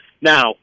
Now